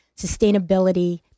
sustainability